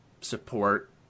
support